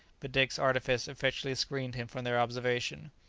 but dick's artifice effectually screened him from their observation.